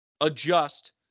adjust